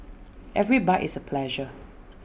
every bite is A pleasure